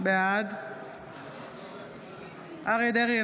בעד אריה מכלוף דרעי,